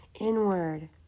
inward